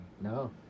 No